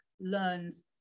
learns